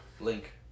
Link